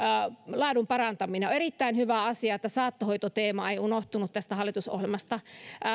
laadun parantaminen on erittäin hyvä asia että saattohoitoteema ei unohtunut tästä hallitusohjelmasta